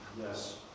Yes